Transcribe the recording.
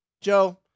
Joe